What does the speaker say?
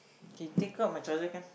K take out my charger can